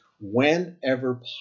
whenever